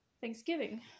Thanksgiving